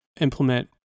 implement